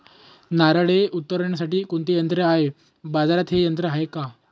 नारळे उतरविण्यासाठी कोणते यंत्र आहे? बाजारात हे यंत्र आहे का?